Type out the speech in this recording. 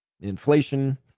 inflation